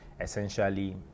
essentially